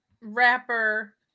rapper